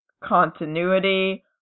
continuity